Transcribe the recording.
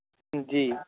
جی